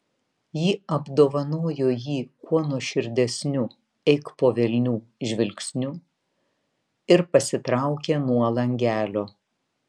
ji apdovanojo jį kuo nuoširdesniu eik po velnių žvilgsniu ir pasitraukė nuo langelio